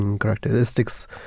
characteristics